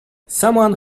someone